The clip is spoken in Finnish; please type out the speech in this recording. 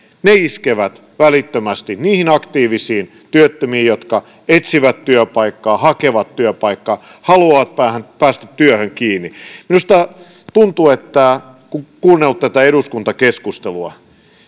iskevät välittömästi niihin aktiivisiin työttömiin jotka etsivät työpaikkaa hakevat työpaikkaa haluavat päästä työhön kiinni minusta tuntuu kun on kuunnellut tätä eduskuntakeskustelua